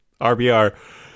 RBR